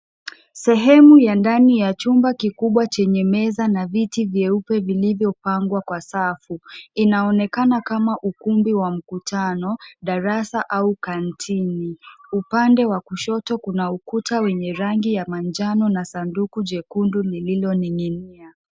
Sehemu y ndani ya chumba kikubwa chenye meza na viti vyeupe vilivyopangwa kwa safu. Inaonekana kama ukumbi wa mkutano, darasa au kantini. Upande wa kushoto kuna ukuta wenye rangi ya manjano na sanduku jekundu lililoning'inia.